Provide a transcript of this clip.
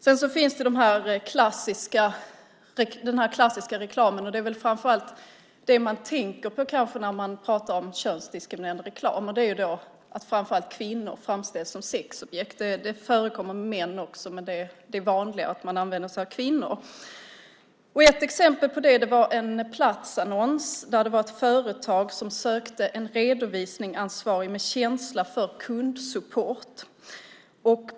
Sedan finns den klassiska reklamen, och det är framför allt det man tänker på när man pratar om könsdiskriminerande reklam där kvinnor framställs som sexobjekt. Det förekommer också män, men det vanliga är att man använder sig av bilder på kvinnor. Ett exempel på det är en platsannons från ett företag som sökte en redovisningsansvarig med känsla för kundsupport.